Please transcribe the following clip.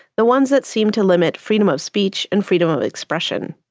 the ones that seem to limit freedom of speech and freedom of expression.